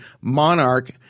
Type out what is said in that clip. monarch